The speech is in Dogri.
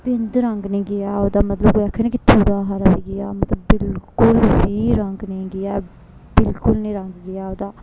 बिंद रगं नी गेआ ऐ ओह्दा मतलब कोई आक्खे नी थोह्ड़ा हारा बी गेआ मतलब बिलकुल बी रंग नेईं गेआ ऐ बिलकुल रंग नी गेआ ऐ ओह्दा